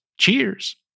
Cheers